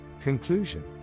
Conclusion